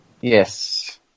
Yes